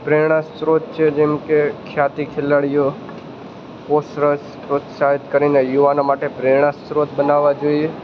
પ્રેરણા સ્રોત છે જેમકે ખ્યાતિ ખેલાડીઓ કોશરસ પ્રોત્સાહિત કરીને યુવાનો માટે પ્રેરણા સ્રોત બનાવવા જોઈએ